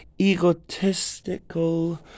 egotistical